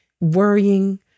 worrying